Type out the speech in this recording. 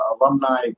alumni